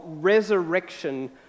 resurrection